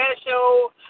special